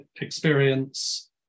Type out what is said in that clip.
experience